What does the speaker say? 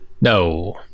No